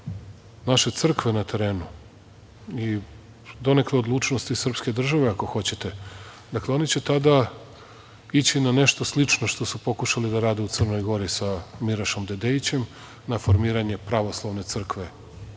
naše crkve na terenu, i donekle odlučnosti srpske države ako hoćete. Dakle, oni će tada ići na nešto slično što su pokušali da rade u Crnoj Gori sa Mirašom Dedejićem na formiranje Pravoslavne crkve